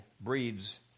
breeds